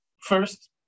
First